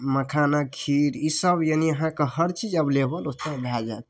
मखानके खीर ई सब यानि अहाँके हर चीज एवलेबल ओतऽ भऽ जाएत